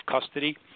custody